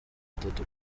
atatu